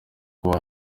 kuba